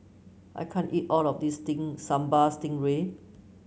I can't eat all of this thing Sambal Stingray